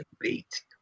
beat